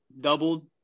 doubled